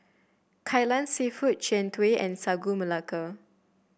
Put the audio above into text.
Kai Lan seafood Jian Dui and Sagu Melaka